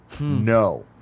No